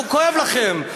וכואב לכם.